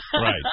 Right